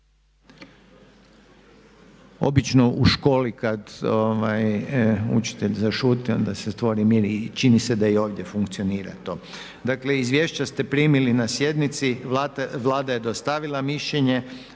Obično u školi kad učitelj zašuti onda se stvori mir, čini se da i ovdje funkcionira to. Dakle, izvješće ste primili na sjednici. Vlada je dostavila mišljenje.